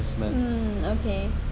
mm okay